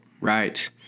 Right